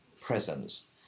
presence